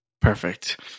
perfect